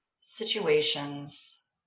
situations